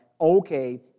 okay